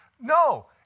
No